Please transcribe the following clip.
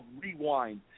Rewind